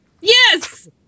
Yes